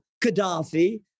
Gaddafi